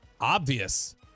obvious